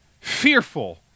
fearful